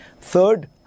Third